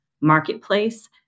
marketplace